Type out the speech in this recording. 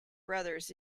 brothers